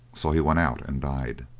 so he went out and died.